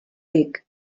dic